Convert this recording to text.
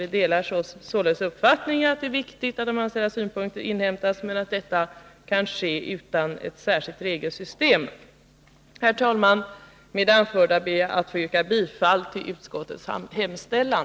Vi delar således uppfattningen att det är viktigt att de anställdas synpunkter inhämtas men anser att det kan ske utan ett särskilt regelsystem. Herr talman! Med det anförda ber jag att få yrka bifall till utskottets hemställan.